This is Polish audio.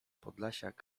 podlasiak